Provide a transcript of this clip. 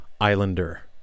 Islander